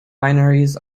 binaries